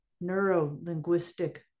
neuro-linguistic